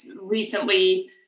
recently